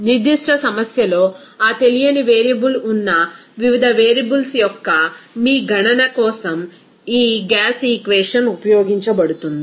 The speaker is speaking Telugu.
నిర్దిష్ట సమస్యలో ఆ తెలియని వేరియబుల్ ఉన్న వివిధ వేరియబుల్స్ యొక్క మీ గణన కోసం ఈ గ్యాస్ ఈక్వేషన్ ఉపయోగించబడుతుంది